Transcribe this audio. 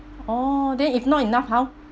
oh then if not enough how